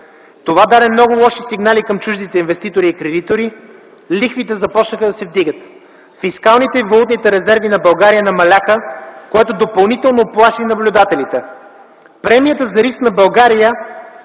това даде много лоши сигнали към чуждите инвеститори и кредитори, лихвите започнаха да се вдигат; – фискалните и валутните резерви на страната намаляха, което допълнително уплаши наблюдателите; – премията за риск на България